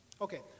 okay